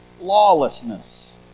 lawlessness